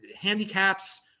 handicaps